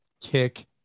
kick